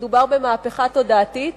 שמדובר במהפכה תודעתית,